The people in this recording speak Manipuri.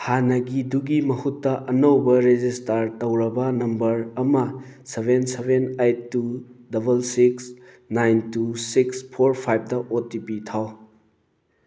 ꯍꯥꯟꯅꯒꯤꯗꯨꯒꯤ ꯃꯍꯨꯠꯇ ꯑꯅꯧꯕ ꯔꯦꯖꯤꯁꯇꯥꯔ ꯇꯧꯔꯕ ꯅꯝꯕꯔ ꯑꯃ seven seven eight two double six nine two six four ꯐꯥꯏꯕꯇ ꯑꯣ ꯇꯤ ꯄꯤ ꯊꯥꯎ